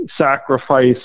sacrifice